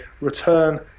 return